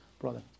brother